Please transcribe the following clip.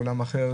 באולם אחר,